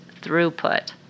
throughput